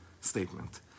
statement